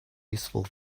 useful